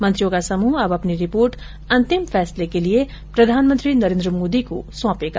मंत्रियों का समूह अब अपनी रिपोर्ट अंतिम फैसले के लिए प्रधानमंत्री नरेंद्र मोदी को सौंपेगा